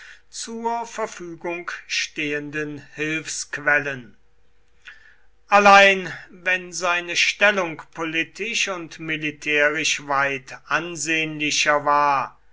zur verfügung stehenden hilfsquellen allein wenn seine stellung politisch und militärisch weit ansehnlicher war